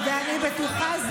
רק במילים.